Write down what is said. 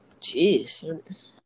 Jeez